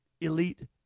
elite